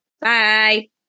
Bye